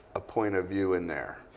a point of view in there.